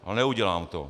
Ale neudělám to.